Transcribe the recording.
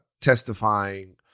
testifying